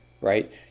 right